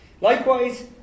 Likewise